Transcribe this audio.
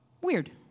Weird